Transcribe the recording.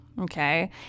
Okay